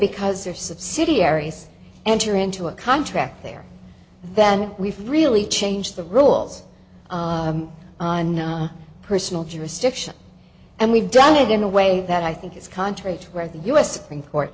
because their subsidiaries enter into a contract there that we've really changed the rules on personal jurisdiction and we've done it in a way that i think is contrary to where the u s supreme court